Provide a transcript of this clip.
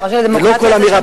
ולא כל אמירה,